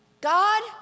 God